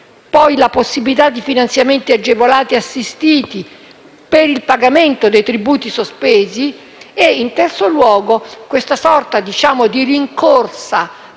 la possibilità di finanziamenti agevolati assistiti per il pagamento dei tributi sospesi e, in terzo luogo, questa sorta di rincorsa